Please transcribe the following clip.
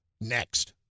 next